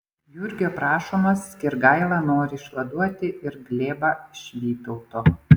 jurgio prašomas skirgaila nori išvaduoti ir glėbą iš vytauto